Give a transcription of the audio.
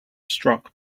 struck